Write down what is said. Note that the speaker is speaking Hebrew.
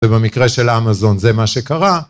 ובמקרה של אמזון זה מה שקרה.